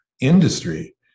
industry